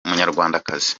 umunyarwandakazi